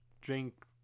drink